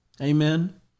Amen